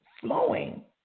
flowing